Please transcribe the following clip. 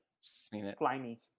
slimy